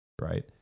Right